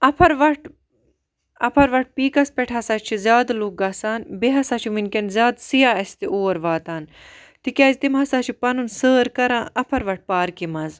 اَفروَٹھ اَفروَٹھ پیٖکَس پٮ۪ٹھ ہَسا چھِ زیادٕ لُکھ گَژھان بیٚیہِ ہَسا چھُ وٕنکٮ۪ن زیادٕ سِیاح اَسہِ تہِ اور واتان تکیاز تِم ہَسا چھِ پنُن سٲر کران اَفروَٹھ پارکہِ مَنٛز